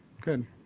good